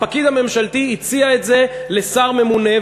הפקיד הממשלתי הציע את זה לשר ממונה,